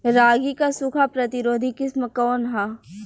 रागी क सूखा प्रतिरोधी किस्म कौन ह?